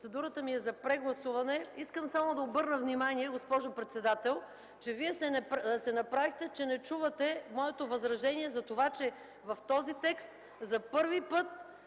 Процедурата ми е за прегласуване. Искам само да обърна внимание, госпожо председател – Вие се направихте, че не чувате моето възражение. В този текст за първи път